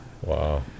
Wow